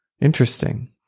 Interesting